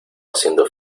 haciendo